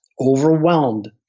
overwhelmed